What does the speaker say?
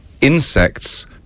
insects